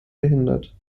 behindert